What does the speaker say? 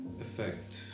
effect